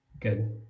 good